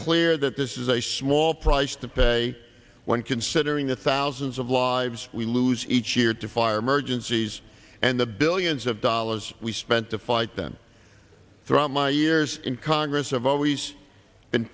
clear that this is a small price to pay when considering the thousands of lives we lose each year to fire emergencies and the billions of dollars we spent to fight them throughout my years in congress have always been